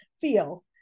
feel